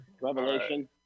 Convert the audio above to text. revelation